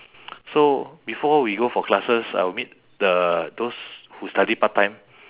so before we go for classes I will meet the those who study part-time